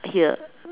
here